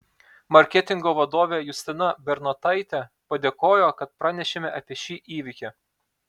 marketingo vadovė justina bernotaitė padėkojo kad pranešėme apie šį įvykį